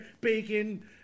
bacon